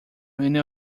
many